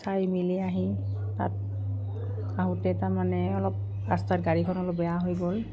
চাই মেলি আহি তাত আহোঁতে তাৰমানে অলপ ৰাস্তাত গাড়ীখন অলপ বেয়া হৈ গ'ল